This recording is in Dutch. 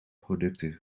producten